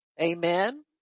Amen